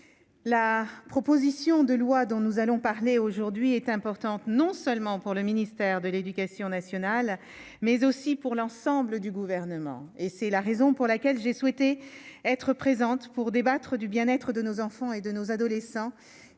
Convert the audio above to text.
la proposition de loi dont nous allons parler aujourd'hui est importante non seulement pour le ministère de l'Éducation nationale, mais aussi pour l'ensemble du gouvernement et c'est la raison pour laquelle j'ai souhaité être présente pour débattre du bien-être de nos enfants et de nos adolescents